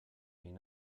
mean